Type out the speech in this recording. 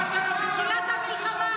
הציעו לכם להצטרף.